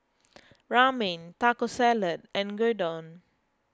Ramen Taco Salad and Gyudon